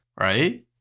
right